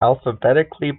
alphabetically